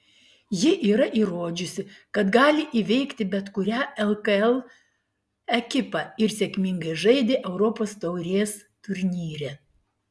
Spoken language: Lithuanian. ji yra įrodžiusi kad gali įveikti bet kurią lkl ekipą ir sėkmingai žaidė europos taurės turnyre